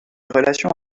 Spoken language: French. relations